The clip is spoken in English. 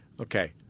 Okay